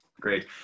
Great